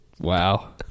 Wow